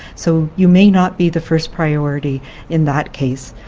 so you may not be the first priority in that case.